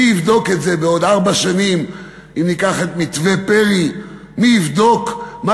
מי יבדוק את זה בעוד ארבע שנים?